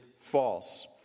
False